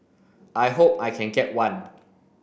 I hope I can get one